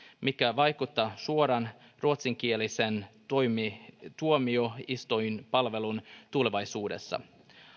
mikä vaikuttaa suoraan ruotsinkieliseen tuomioistuinpalveluun tulevaisuudessa